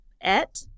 Et